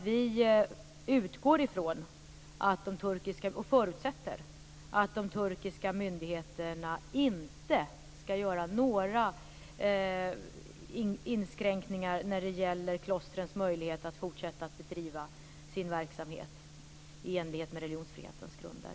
Vi utgår ifrån, och förutsätter, att de turkiska myndigheterna inte skall göra några inskränkningar när det gäller klostrens möjlighet att fortsätta att bedriva sin verksamhet i enlighet med religionsfrihetens grunder.